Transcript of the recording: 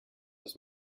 this